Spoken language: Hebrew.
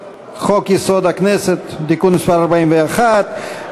חוק-יסוד: הכנסת (תיקון מס' 41),